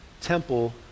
temple